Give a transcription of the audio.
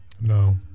No